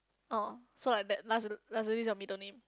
oh so like that lux luxury is your middle name